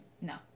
No